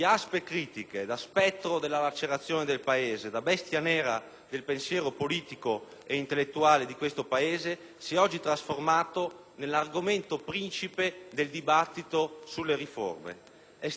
del pensiero politico ed intellettuale di questo Paese, si è oggi trasformato nell'argomento principe del dibattito sulle riforme. È stato accettato anche da chi non lo condivideva e lo contestava.